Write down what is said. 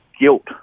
guilt